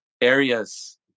areas